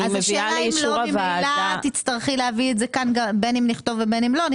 השאלה אם לא ממילא תצטרכי להביא את זה לכאן בין אם נכתוב או לא נכתוב.